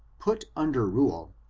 put under rule,